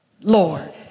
Lord